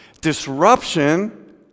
Disruption